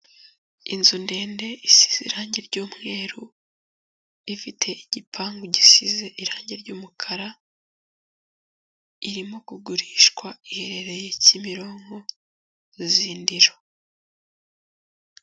Inzu ndende isize irange ry'umweru ifite igipangu gisize irange ry'umukara, irimo kugurishwa iherereye Kimironko Zindiro.